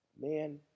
Man